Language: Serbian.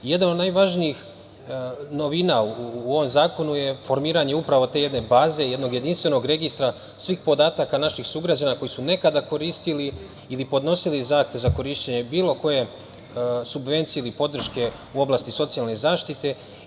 Jedna od najvažnijih novina u ovom zakonu je formiranje, upravo te jedne baze, tog jedinstvenog registra svih podataka naših sugrađana koji su nekada koristili ili podnosili zahtev za korišćenje bilo koje subvencije ili podrške u oblasti socijalne zaštite.